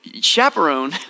chaperone